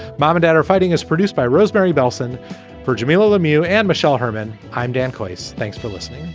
mom and dad are fighting us, produced by rosemary bellson for jamilah lemieux and michelle herman. i'm dan coates. thanks for listening.